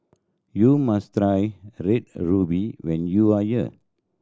you must try Red Ruby when you are here